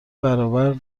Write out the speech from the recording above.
برابر